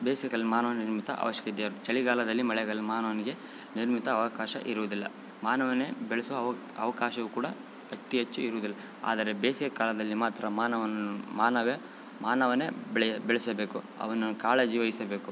ಬೇಸ್ಗೆದಲ್ಲಿ ಮಾನವ ನಿರ್ಮಿತ ಅವಶ್ಯಕತೆ ಇದೆ ಅಲ್ಲಿ ಚಳಿಗಾಲದಲ್ಲಿ ಮಳೆಗಾಲ ಮಾನವನಿಗೆ ನಿರ್ಮಿತ ಅವಕಾಶ ಇರುವುದಿಲ್ಲ ಮಾನವನೇ ಬೆಳೆಸುವ ಅವ ಅವಕಾಶವು ಕೂಡ ಅತೀ ಹೆಚ್ಚು ಇರೋದಿಲ್ಲ ಆದರೆ ಬೇಸಿಗೆ ಕಾಲದಲ್ಲಿ ಮಾತ್ರ ಮಾನವನು ಮಾನವ ಮಾನವನೇ ಬೆಳೆಯ ಬೆಳೆಸಬೇಕು ಅವನು ಕಾಳಜಿವಹಿಸಬೇಕು